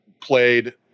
played